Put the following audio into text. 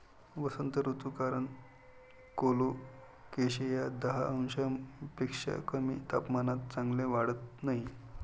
वसंत ऋतू कारण कोलोकेसिया दहा अंशांपेक्षा कमी तापमानात चांगले वाढत नाही